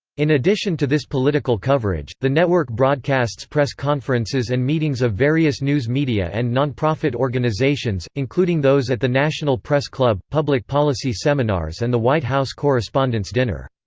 in addition to this political coverage, the network broadcasts press conferences and meetings of various news media and nonprofit organizations, including those at the national press club, public policy seminars and the white house correspondents' dinner.